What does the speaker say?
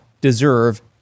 deserve